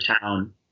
town